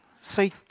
See